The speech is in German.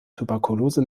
tuberkulose